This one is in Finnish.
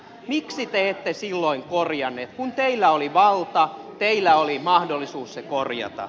miksi te ette silloin korjannut kun teillä oli valta teillä oli mahdollisuus se korjata